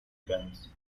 guns